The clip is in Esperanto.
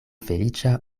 feliĉa